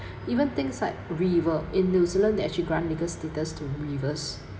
even things like river in new zealand they actually grant legal status to rivers